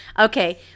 Okay